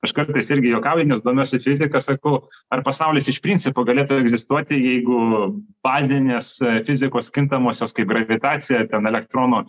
aš kartais irgi juokauju nes domiuosi fizika sakau ar pasaulis iš principo galėtų egzistuoti jeigu bazinės fizikos kintamosios kaip gravitacija ar ten elektrono